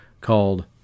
called